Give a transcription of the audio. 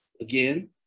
Again